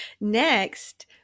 Next